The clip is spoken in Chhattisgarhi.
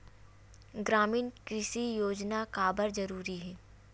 ग्रामीण कृषि योजना काबर जरूरी हे?